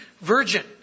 virgin